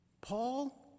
Paul